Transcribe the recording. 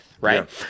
Right